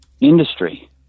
industry